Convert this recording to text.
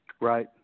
Right